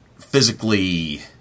physically